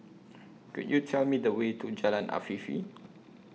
Could YOU Tell Me The Way to Jalan Afifi